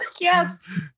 Yes